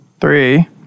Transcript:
Three